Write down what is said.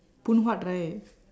phoon huat right